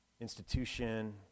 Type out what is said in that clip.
institution